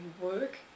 work